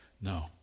no